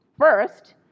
First